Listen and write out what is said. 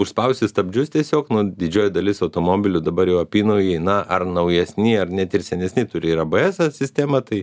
užspausi stabdžius tiesiog nu didžioji dalis automobilių dabar jau apynaujai na ar naujesni ar net ir senesni turi ir abėeso sistemą tai